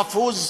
חפוז,